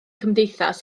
cymdeithas